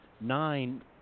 Nine